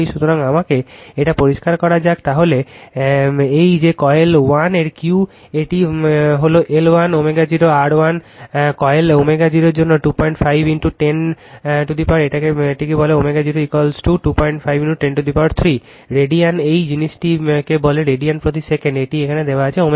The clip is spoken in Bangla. সুতরাং আমাকে এটা পরিষ্কার করা যাক তাহলে এই যে coiL1 এর Q এটি হল L 1 ω 0 R 1 coiLω 0 এর জন্য 25 10 এর পাওয়ার যা এটিকে বলে ω 0 25 10 3 রেডিয়ান এই জিনিসটিকে কি বলে রেডিয়ান প্রতি সেকেন্ডে এটি এখানে দেওয়া হয়েছে ω 0